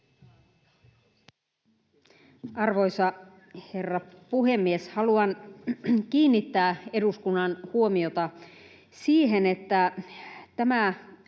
Arvoisa herra puhemies! Haluan kiinnittää eduskunnan huomiota siihen, että tämä aloite